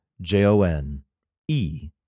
J-O-N-E